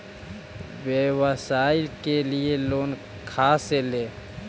व्यवसाय के लिये लोन खा से ले?